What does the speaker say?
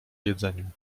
jedzeniu